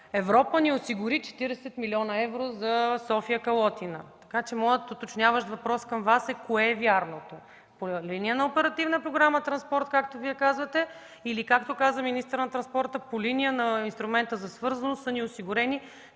„Европа ни осигури 40 млн. евро за „София – Калотина”. Моят уточняващ въпрос към Вас е: кое е вярното – по линия на Оперативна програма „Транспорт”, както Вие казвате, или както казва министърът на транспорта – по линия на инструмента за свързаност са ни осигурени